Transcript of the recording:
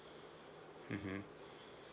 mmhmm